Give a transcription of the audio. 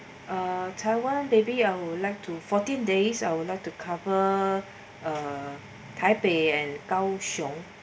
taiwan maybe I would like to fourteen days I would like to cover taipei and gao xiong